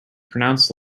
pronounced